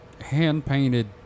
hand-painted